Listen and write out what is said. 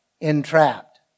entrapped